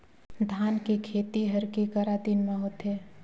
धान के खेती हर के करा दिन म होथे?